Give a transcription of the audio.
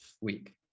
week